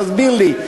תסביר לי.